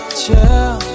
chill